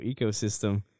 ecosystem